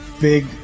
big